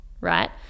right